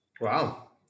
Wow